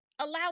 Allow